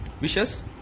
wishes